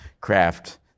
craft